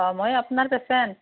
অঁ মই আপোনাৰ পেচেণ্ট